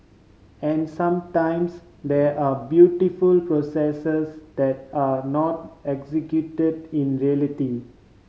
and sometimes there are beautiful processes that are not executed in reality